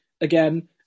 again